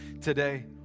today